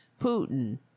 Putin